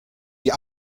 die